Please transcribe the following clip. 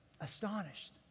astonished